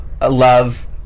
Love